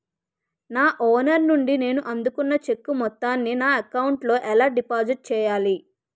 నా ఓనర్ నుండి నేను అందుకున్న చెక్కు మొత్తాన్ని నా అకౌంట్ లోఎలా డిపాజిట్ చేయాలి?